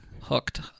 hooked